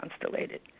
constellated